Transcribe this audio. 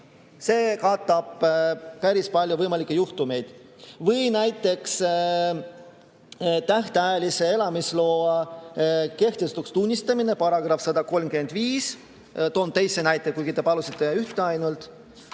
See katab päris palju võimalikke juhtumeid. Või näiteks tähtajalise elamisloa kehtetuks tunnistamise [üldalused], § 135. Toon teise näite, kuigi te palusite ühte ainult.